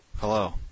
Hello